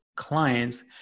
clients